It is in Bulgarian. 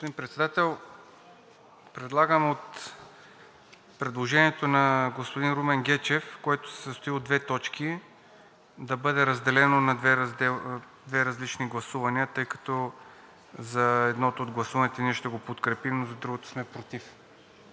Господин Председател, предлагам предложението на Румен Гечев, което се състои от две точки, да бъде разделено на две различни гласувания, тъй като за едното от гласуванията ние ще го подкрепим, но за другото сме против.